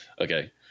Okay